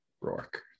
Rourke